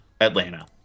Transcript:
Atlanta